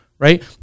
right